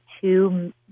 two